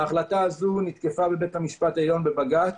היא נתקבלה בבג"ץ,